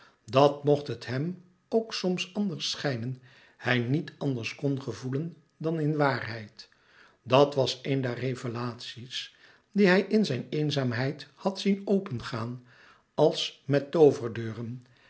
dat mocht het hem ook soms anders schijnen hij niet anders kn gevoelen dan in waarheid dat was een der revelaties die hij louis couperus metamorfoze in zijne eenzaamheid had zien opengaan als met